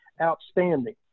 outstanding